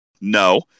No